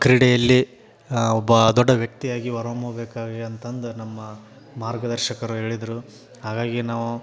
ಕ್ರೀಡೆಯಲ್ಲಿ ಒಬ್ಬ ದೊಡ್ಡ ವ್ಯಕ್ತಿಯಾಗಿ ಹೊರಹೊಮ್ಮಬೇಕಾಗಿ ಅಂತಂದು ನಮ್ಮ ಮಾರ್ಗದರ್ಶಕರು ಹೇಳಿದ್ರು ಹಾಗಾಗಿ ನಾವು